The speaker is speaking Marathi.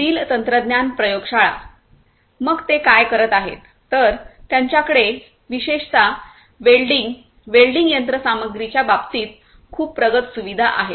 स्टील तंत्रज्ञान प्रयोगशाळा मग ते काय करत आहेत तर त्यांच्याकडे विशेषत वेल्डिंग वेल्डिंग यंत्रसामग्रीच्या बाबतीत खूप प्रगत सुविधा आहे